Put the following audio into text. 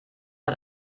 hat